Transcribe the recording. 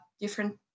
different